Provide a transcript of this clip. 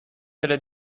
delle